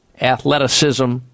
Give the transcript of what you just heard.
athleticism